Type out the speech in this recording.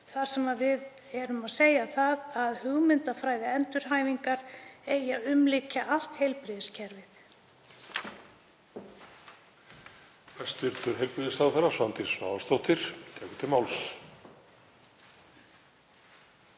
þar sem við segjum að hugmyndafræði endurhæfingar eigi að umlykja allt heilbrigðiskerfið?